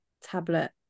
Tablet